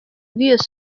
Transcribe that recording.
bw’iyo